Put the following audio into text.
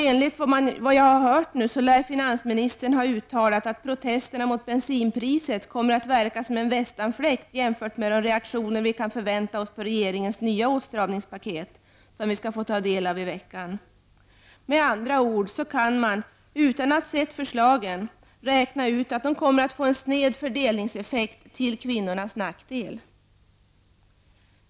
Enligt vad jag har hört lär finansministern ha uttalat att protesterna mot bensinpriset kommer att verka som en västanfläkt jämfört med de reaktioner som vi kan förvänta oss på regeringens nya åtstramningspaket, som vi skall få ta del av i veckan. Med andra ord kan man, utan att ha sett förslagen, räkna ut att det kommer att få en sned fördelningseffekt, till kvinnornas nackdel.